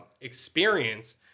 experience